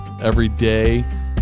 everyday